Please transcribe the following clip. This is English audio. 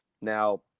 Now